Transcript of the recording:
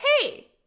hey